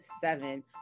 seven